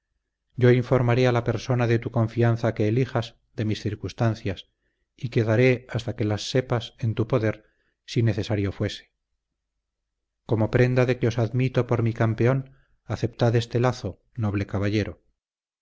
yo informaré a la persona de tu confianza que elijas de mis circunstancias y quedaré hasta que las sepas en tu poder si necesario fuese como prenda de que os admito por mi campeón aceptad este lazo noble caballero